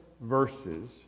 verses